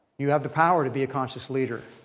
you have the power to be a conscious leader.